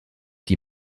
die